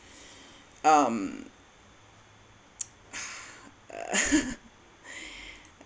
um